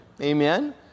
Amen